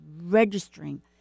registering